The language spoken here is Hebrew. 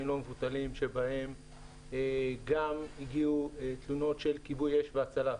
לא מבוטלים שבהם גם הגיעו תלונות של כיבוי אש והצלה,